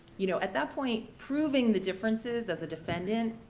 you know at that point, proving the differences as a defendant,